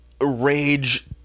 rage